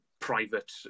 private